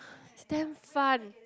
it's damn fun